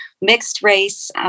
mixed-race